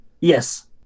Yes